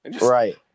Right